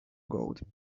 gold